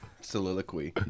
Soliloquy